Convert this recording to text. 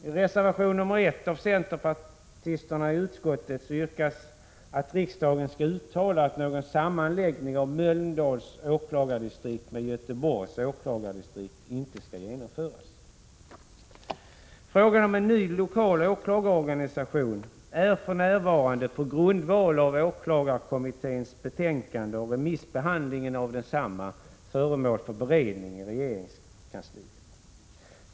I reservation nr 1 av centerpartisterna i utskottet yrkas att riksdagen skall uttala att någon sammanläggning av Mölndals åklagardistrikt med Göteborgs åklagardistrikt inte skall genomföras. Frågan om en ny lokal åklagarorganisation är för närvarande under beredning i regeringskansliet på grundval av remissbehandlingen av åklagarkommitténs betänkande.